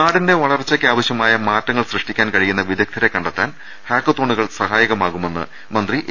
നാടിന്റെ വളർച്ചയ്ക്ക് ആവശ്യമായ മാറ്റങ്ങൾ സൃഷ്ടിക്കാൻ കഴിയുന്ന വിദഗ്ദരെ കണ്ടെത്താൻ ഹാക്കത്തോണുകൾ സഹായകമാകുമെന്ന് മന്ത്രി എ